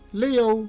leo